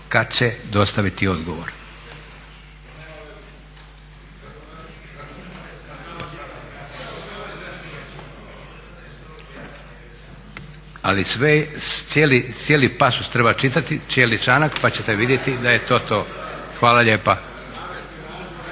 kad će dostaviti odgovor. Ali cijeli pasus treba čitati, cijeli članak, pa ćete vidjeti da je to to. Hvala lijepa.